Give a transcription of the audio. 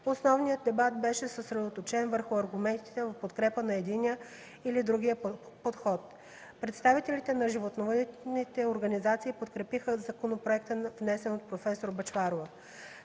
основният дебат беше съсредоточен върху аргументите в подкрепа на единия или другия подход. Представителите на животновъдните организации подкрепиха законопроекта, внесен от проф. Бъчварова.